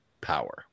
power